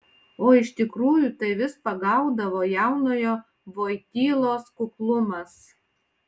o iš tikrųjų tai vis pagaudavo jaunojo vojtylos kuklumas